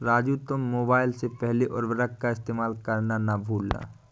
राजू तुम मोबाइल से पहले उर्वरक का इस्तेमाल करना ना भूलना